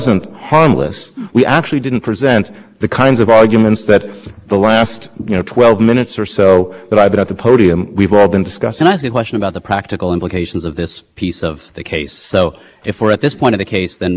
reclassification was ok but for mobile and then there's a separate argument as to why there's a problem with respect to mobile so just to break it down to brass tacks if i have a tablet and i have two options for accessing the web